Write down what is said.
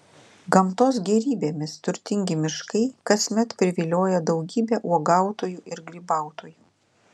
gamtos gėrybėmis turtingi miškai kasmet privilioja daugybę uogautojų ir grybautojų